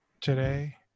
today